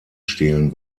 stehlen